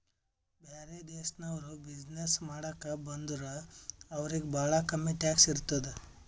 ಬ್ಯಾರೆ ದೇಶನವ್ರು ಬಿಸಿನ್ನೆಸ್ ಮಾಡಾಕ ಬಂದುರ್ ಅವ್ರಿಗ ಭಾಳ ಕಮ್ಮಿ ಟ್ಯಾಕ್ಸ್ ಇರ್ತುದ್